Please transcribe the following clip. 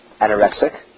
anorexic